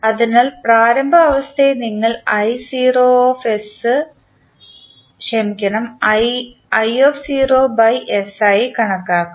അതിനാൽ പ്രാരംഭ അവസ്ഥയെ നിങ്ങൾ ആയി കണക്കാക്കുന്നു